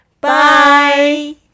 Bye